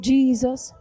Jesus